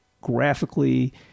graphically